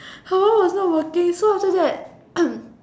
her one was not working so after that